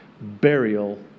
burial